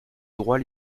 droit